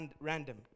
random